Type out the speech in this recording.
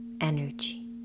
energy